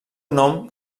nom